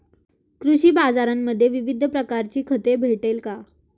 कृषी बाजारांमध्ये विविध प्रकारची खते भेटेल का?